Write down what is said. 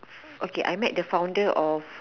okay I met the founder of